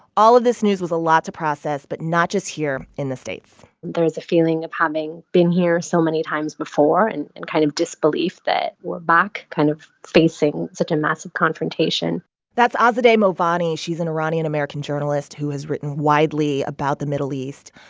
all of this news was a lot to process but not just here in the states there is a feeling of having been here so many times before and and kind of disbelief that we're back kind of facing such a massive confrontation that's ah azadeh moaveni. she's an iranian american journalist who has written widely about the middle east.